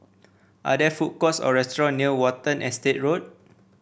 are there food courts or restaurant near Watten Estate Road